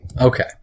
Okay